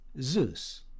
Zeus